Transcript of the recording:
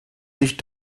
sich